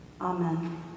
Amen